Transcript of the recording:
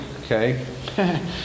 okay